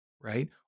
right